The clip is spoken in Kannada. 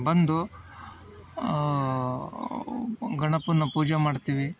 ಬಂದು ಗಣಪನ್ನ ಪೂಜೆ ಮಾಡ್ತೀವಿ